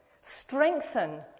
Strengthen